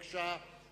בבקשה,